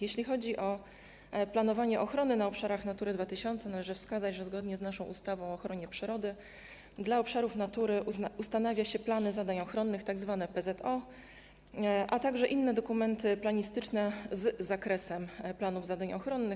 Jeśli chodzi o planowanie ochrony na obszarach Natury 2000, należy wskazać, że zgodnie z naszą ustawą o ochronie przyrody dla obszarów Natury ustanawia się plany zadań ochronnych, tzw. PZO, a także inne dokumenty planistyczne z zakresem planów zadań ochronnych.